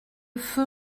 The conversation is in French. feu